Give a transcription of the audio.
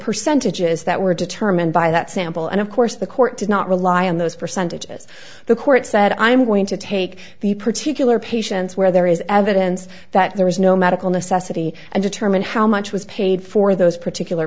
percentages that were determined by that sample and of course the court did not rely on those percentages the court said i'm going to take the particular patients where there is evidence that there is no medical necessity and determine how much was paid for those particular